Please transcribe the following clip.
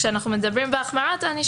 כשאנחנו מדברים בהחמרת הענישה,